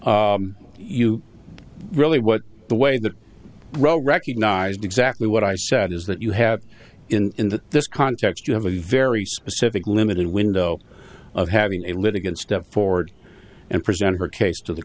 you really what the way that roe recognized exactly what i said is that you have in this context you have a very specific limited window of having a litigant step forward and present her case to the